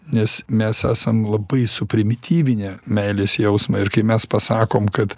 nes mes esam labai suprimityvinę meilės jausmą ir kai mes pasakom kad